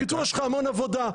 בקיצור, יש לך המון עבודה.